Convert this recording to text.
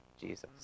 Jesus